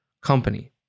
company